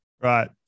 Right